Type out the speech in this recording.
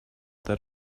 that